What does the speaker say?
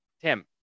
Tim